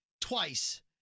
twice